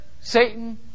Satan